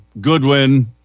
Goodwin